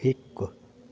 हिकु